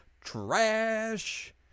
trash